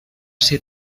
ser